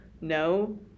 No